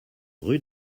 rue